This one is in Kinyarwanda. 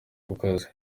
kukazi